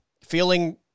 feeling